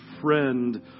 friend